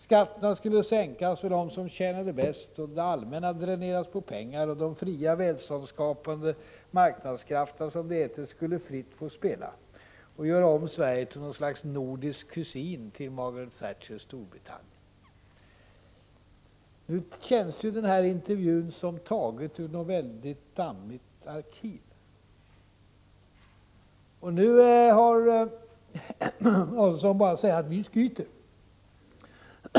Skatterna skulle sänkas för dem som tjänade mest och det allmänna dräneras på pengar, och de fria, välståndsskapande marknadskrafterna, som det heter, skulle fritt få spela och göra om Sverige till något slags nordisk kusin till Margaret Thatchers Storbritannien. Nu känns den intervjun som tagen ur något mycket dammigt arkiv. Och nu har Adelsohn bara att säga att vi skryter.